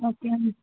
okay అండి